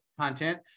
content